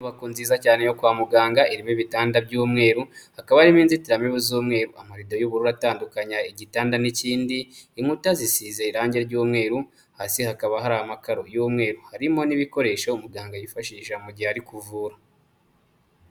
Inyuko nziza cyane yo kwa muganga, irimo ibitanda by'umweru, hakaba harimo inzitiramibu z'umweru, amarido y'ubururu atandukanya, igitanda n'ikindi, inkuta zisize irangi ry'umweru, hasi hakaba hari amakaro y'umweru, harimo n'ibikoresho umuganga yifashisha mu gihe ari kuvura.